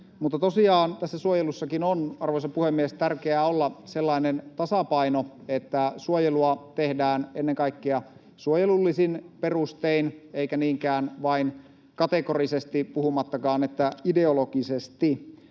Mutta tosiaan tässä suojelussakin on, arvoisa puhemies, tärkeää olla sellainen tasapaino, että suojelua tehdään ennen kaikkea suojelullisin perustein eikä niinkään vain kategorisesti, puhumattakaan että ideologisesti. Ja näin